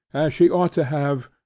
as she ought to have,